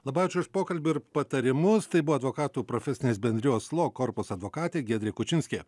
labai ačiū už pokalbį ir patarimus tai buvo advokatų profesinės bendrijos lo korpus advokatė giedrė kučinskė